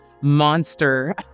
monster